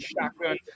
shotgun